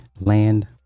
land